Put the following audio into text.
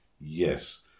yes